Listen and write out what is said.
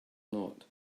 not